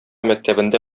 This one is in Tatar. мәктәбендә